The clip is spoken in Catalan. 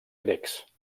grecs